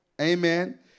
Amen